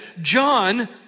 John